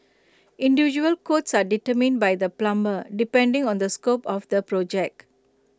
individual quotes are determined by the plumber depending on the scope of the project